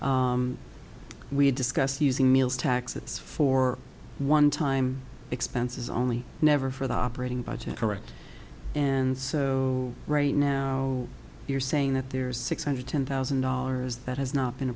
we discussed using meals taxes for one time expenses only never for the operating budget correct and so right now you're saying that there's six hundred ten thousand dollars that has not been